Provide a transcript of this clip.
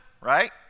right